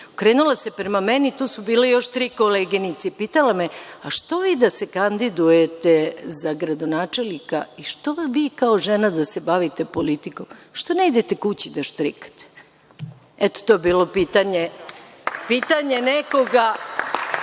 okrenula se prema meni, tu su bile još tri koleginice, i pitala me – A što vi da se kandidujete za gradonačelnika i šta vam bi, kao žena, da se bavite politikom? Što ne idete kući da štrikate? Eto, to je bilo pitanje nekoga